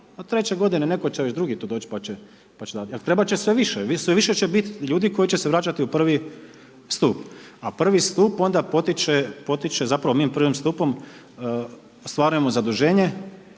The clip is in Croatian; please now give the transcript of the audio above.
treće godine netko će već drugi to doć pa će dat, jel trebat će sve više, sve više će bit ljudi koji će se vraćati u I. stup. A prvi stup onda potiče, zapravo mi prvim stupom ostvarujemo zaduženje